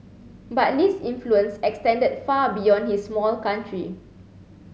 but Lee's influence extended far beyond his small country